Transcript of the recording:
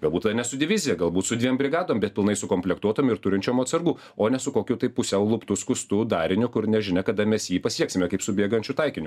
galbūt ne su divizija galbūt su dviem brigadom bet pilnai sukomplektuotom ir turinčiom atsargų o ne su kokiu tai pusiau luptu skustu dariniu kur nežinia kada mes jį pasieksime kaip su bėgančiu taikiniu